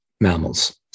mammals